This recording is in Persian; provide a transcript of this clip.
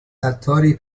عطاری